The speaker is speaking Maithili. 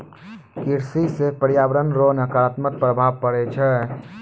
कृषि से प्रर्यावरण रो नकारात्मक प्रभाव पड़ै छै